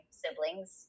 siblings